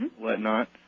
whatnot